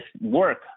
work